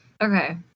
Okay